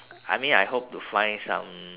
I mean I hope to find some